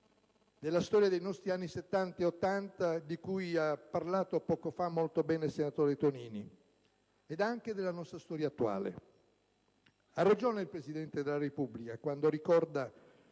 della storia dei nostri anni '70 e '80, di cui ha parlato molto bene poco fa il senatore Tonini, e anche della nostra storia attuale. Ha ragione il Presidente della Repubblica quando ricorda